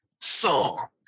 song